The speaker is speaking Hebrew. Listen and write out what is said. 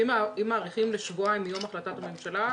אם מאריכים לשבועיים מיום החלטת הממשלה,